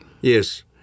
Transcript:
yes